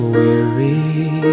weary